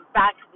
back